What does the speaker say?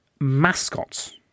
mascots